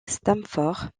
stamford